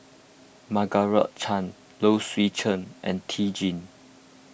Margaret Chan Low Swee Chen and Lee Tjin